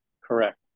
Correct